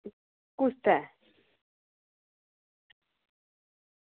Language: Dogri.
ते कुस आस्तै